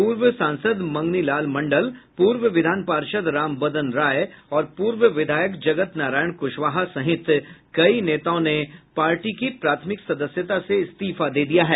पूर्व सांसद मंगनी लाल मंडल पूर्व विधान पार्षद राम बदन राय और पूर्व विधायक जगत नारायण कुशवाहा सहित कई नेताओं ने पार्टी की प्राथमिक सदस्यता से इस्तीफा दे दिया है